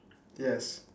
yes